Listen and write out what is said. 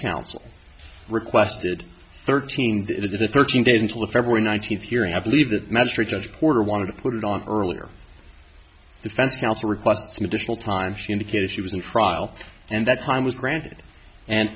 counsel requested thirteen the thirteen days until the february nineteenth hearing i believe that magistrate judge porter wanted to put it on earlier defense counsel request some additional time she indicated she was in trial and that's time was granted and